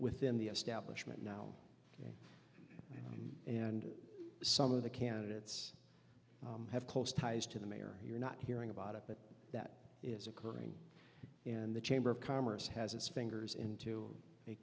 within the establishment now and some of the candidates have close ties to the mayor you're not hearing about it but that is occurring and the chamber of commerce has its fingers into a